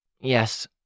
Yes